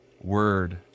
word